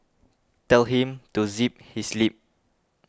tell him to zip his lip